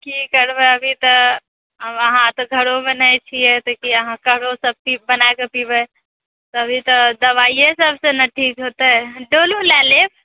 की करबै अभी तऽ आब अहाँ तऽ घरोमे नहि छिऐ तऽ की अहाँ काढ़ो सभ बनाए कऽ पिबै तभी तऽ दबाइए सभसँ ने ठीक हेतै डोलो लए लेब